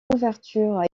ouverture